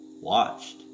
watched